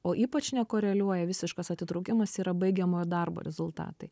o ypač nekoreliuoja visiškas atitraukimas yra baigiamojo darbo rezultatai